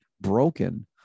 Broken